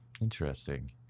Interesting